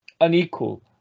unequal